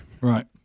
Right